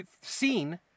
seen